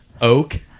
oak